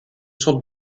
sont